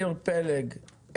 ניר פלג,